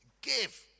Give